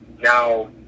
Now